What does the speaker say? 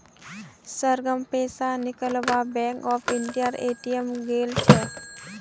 सरगम पैसा निकलवा बैंक ऑफ इंडियार ए.टी.एम गेल छ